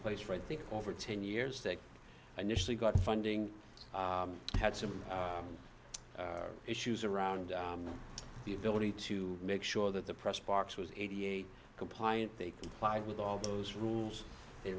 place for i think over ten years that initially got funding had some issues around the ability to make sure that the press box was eighty eight compliant they complied with all those rules they